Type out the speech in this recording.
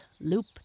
Loop